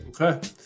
Okay